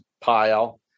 pile